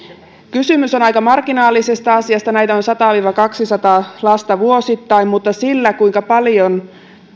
kysymys on aika marginaalisesta asiasta näitä on sata viiva kaksisataa lasta vuosittain mutta sillä kuinka paljon